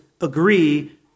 agree